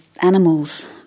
animals